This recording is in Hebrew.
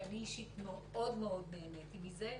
ואני אישית מאוד-מאוד נהניתי מזה.